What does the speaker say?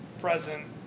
present